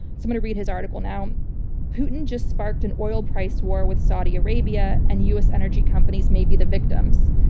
so going to read his article now putin just sparked an oil price war with saudi arabia and u. s. energy companies may be the victims.